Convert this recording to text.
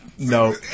No